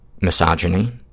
misogyny